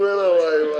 הוא